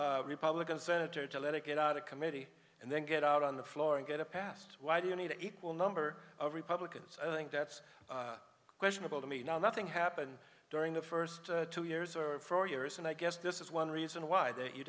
one republican senator to let it get out of committee and then get out on the floor and get it passed why do you need an equal number of republicans i think that's questionable to me now nothing happened during the first two years or four years and i guess this is one reason why they didn't